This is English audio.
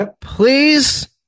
please